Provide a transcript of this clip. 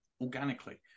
organically